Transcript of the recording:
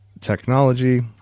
technology